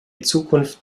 zukunft